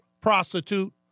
prostitute